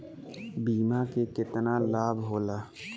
बीमा के केतना लाभ होला?